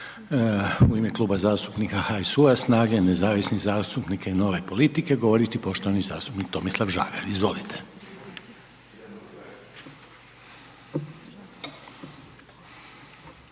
u ime Kluba zastupnika HSU-a, SNAGE, nezavisnih zastupnika i Nove politike završno govoriti poštovani zastupnik Tomislav Žagar. **Žagar,